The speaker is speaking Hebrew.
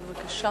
בבקשה.